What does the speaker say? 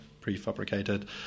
prefabricated